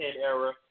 era